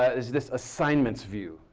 is this assignment's view.